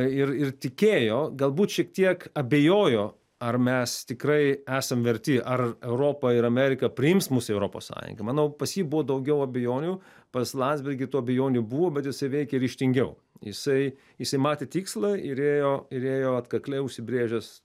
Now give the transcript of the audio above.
ir ir tikėjo galbūt šiek tiek abejojo ar mes tikrai esam verti ar europa ir amerika priims mus į europos sąjungą manau pas jį buvo daugiau abejonių pas landsbergį tų abejonių buvo bet jisai veikė ryžtingiau jisai jisai matė tikslą ir ėjo ir ėjo atkakliai užsibrėžęs